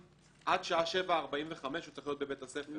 עד שעה 7:45 הוא צריך להיות בבית הספר.